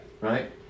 right